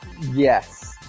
yes